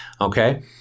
okay